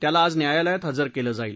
त्याला आज न्यायालयात हजर केलं जाईल